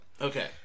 okay